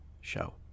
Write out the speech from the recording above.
show